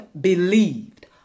believed